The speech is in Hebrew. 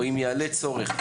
או אם יעלה צורך,